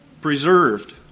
preserved